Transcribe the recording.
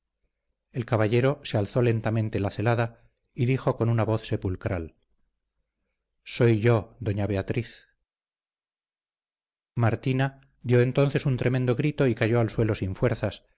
el caballero se alzó lentamente la celada y dijo con una voz sepulcral soy yo doña beatriz martina dio entonces un tremendo grito y cayó al suelo sin fuerzas